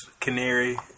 Canary